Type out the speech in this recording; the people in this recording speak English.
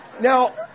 Now